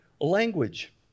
language